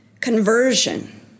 conversion